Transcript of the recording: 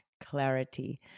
clarity